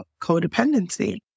codependency